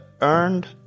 earned